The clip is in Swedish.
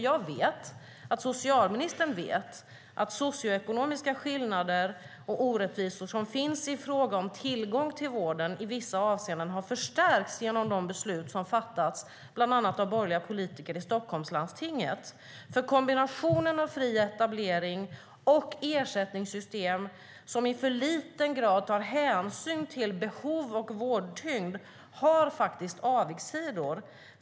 Jag vet att socialministern vet att socioekonomiska skillnader och orättvisor som finns i fråga om tillgång till vården i vissa avseenden har förstärkts genom de beslut som fattats bland annat av borgerliga politiker i Stockholms läns landsting. Kombinationen av fri etablering och ersättningssystem som i för liten grad tar hänsyn till behov och vårdtyngd har avigsidor.